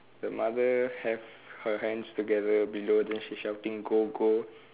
the mother have her hands together below then she shouting go go